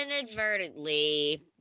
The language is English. inadvertently